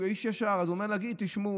הוא איש ישר אז הוא אומר: תשמעו,